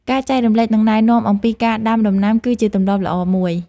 ការចែករំលែកនិងណែនាំអំពីការដាំដំណាំគឺជាទម្លាប់ល្អមួយ។